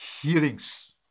hearings